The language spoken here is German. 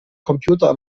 computer